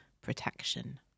protection